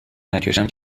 نکشم